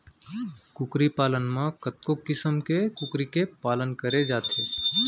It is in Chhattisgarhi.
कुकरी पालन म कतको किसम के कुकरी के पालन करे जाथे